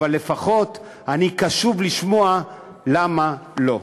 אבל לפחות אני קשוב לשמוע למה לא.